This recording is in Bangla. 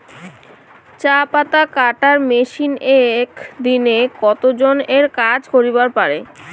চা পাতা কাটার মেশিন এক দিনে কতজন এর কাজ করিবার পারে?